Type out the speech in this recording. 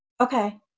Okay